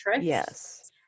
Yes